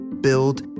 build